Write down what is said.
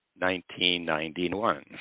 1991